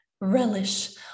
relish